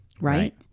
Right